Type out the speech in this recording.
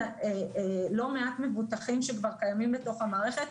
יש לא מעט מבוטחים שכבר קיימים בתוך המערכת.